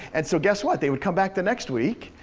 and so guess what? they would come back the next week,